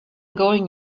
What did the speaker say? going